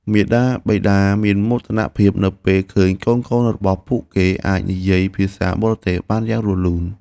មាតាបិតាមានមោទនភាពនៅពេលឃើញកូនៗរបស់ពួកគេអាចនិយាយភាសាបរទេសបានយ៉ាងរលូន។